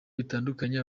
bitandukanye